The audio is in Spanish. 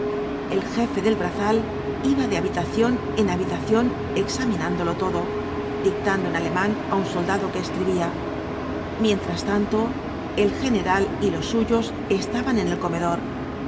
el jefe del brazal iba de habitación en habitación examinándolo todo dictando en alemán á un soldado que escribía mientras tanto el general y los su s estaban en el comedor bebían abundantemente y